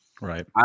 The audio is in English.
Right